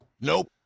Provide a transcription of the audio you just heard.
Nope